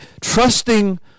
trusting